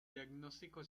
diagnóstico